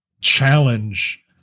challenge